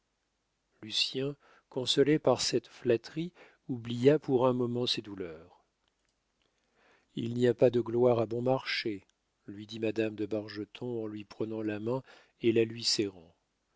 répéter lucien consolé par cette flatterie oublia pour un moment ses douleurs il n'y a pas de gloire à bon marché lui dit madame de bargeton en lui prenant la main et la lui serrant